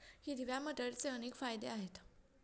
हिरव्या मटारचे अनेक फायदे आहेत